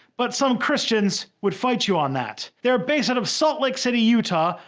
but some christians would fight you on that. they're based out of salt lake city utah,